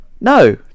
no